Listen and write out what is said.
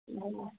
हँ